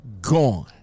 gone